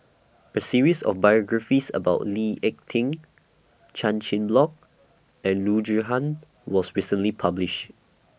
A series of biographies about Lee Ek Tieng Chan Chin Bock and Loo Zihan was recently published